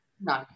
no